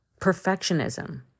perfectionism